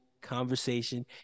conversation